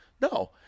No